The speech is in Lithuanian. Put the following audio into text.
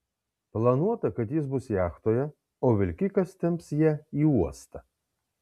planuota kad jis bus jachtoje o vilkikas temps ją į uostą